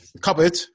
cupboard